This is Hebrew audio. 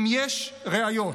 אם יש ראיות